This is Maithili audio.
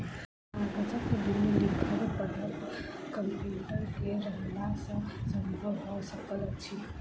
कागजक बिन लिखब पढ़ब कम्प्यूटर के रहला सॅ संभव भ सकल अछि